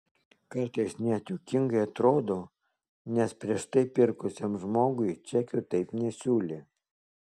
kartais net juokingai atrodo nes prieš tai pirkusiam žmogui čekio taip nesiūlė